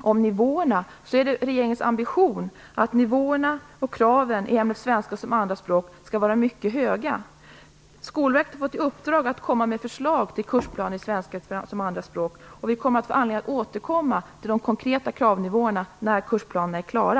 om nivåerna är det regeringens ambition att nivåerna och kraven i ämnet svenska som andraspråk skall vara mycket höga. Skolverket har fått i uppdrag att komma med förslag till kursplan i svenska som andraspråk. Vi kommer att få anledning att återkomma till de konkreta kravnivåerna när kursplanerna är klara.